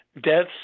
deaths